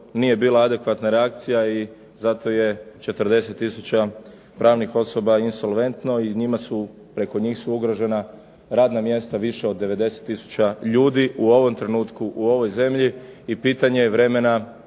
nije bila adekvatna reakcija i zato je 40 tisuća pravnih osoba insolventno i preko njih su ugrožena radna mjesta preko 90 tisuća ljudi u ovom trenutku u ovoj zemlji i pitanje je vremena